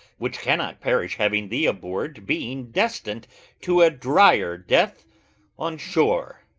which cannot perish, having thee aboard, being destin'd to a drier death on shore.